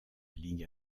ligue